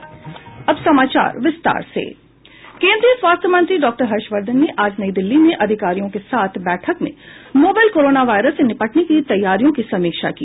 केंद्रीय स्वास्थ्य मंत्री डाक्टर हर्षवर्धन ने आज नई दिल्ली में अधिकारियों के साथ बैठक में नोवेल कोरोना वायरस से निपटने की तैयारियों की समीक्षा की